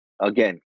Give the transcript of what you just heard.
again